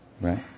right